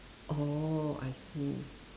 oh I see